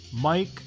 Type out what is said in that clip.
Mike